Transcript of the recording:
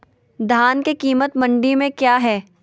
धान के कीमत मंडी में क्या है?